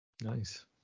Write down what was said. Nice